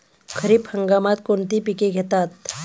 खरीप हंगामात कोणती पिके घेतात?